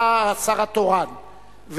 אתה השר התורן,